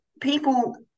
people